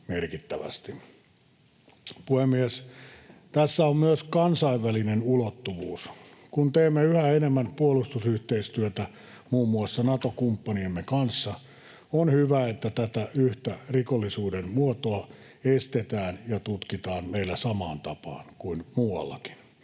Puhemies! Tässä on myös kansainvälinen ulottuvuus. Kun teemme yhä enemmän puolustusyhteistyötä muun muassa Nato-kumppaniemme kanssa, on hyvä, että tätä yhtä rikollisuuden muotoa estetään ja tutkitaan meillä samaan tapaan kuin muuallakin.